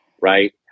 right